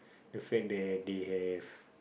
the fact that they have